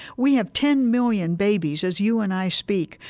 we have ten million babies, as you and i speak,